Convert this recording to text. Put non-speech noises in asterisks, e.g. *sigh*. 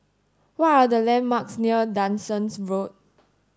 what are the landmarks near *unintelligible* Road